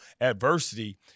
adversity